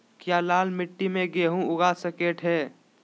क्या लाल मिट्टी में गेंहु उगा स्केट है?